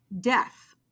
death